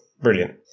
brilliant